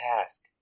task